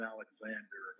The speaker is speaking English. Alexander